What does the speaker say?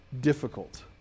difficult